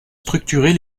structurer